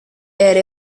elle